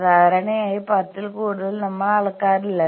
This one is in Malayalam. സാധാരണയായി പത്തിൽ കൂടുതൽ നമ്മൾ അളക്കാറില്ല